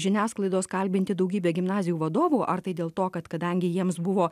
žiniasklaidos kalbinti daugybė gimnazijų vadovų ar tai dėl to kad kadangi jiems buvo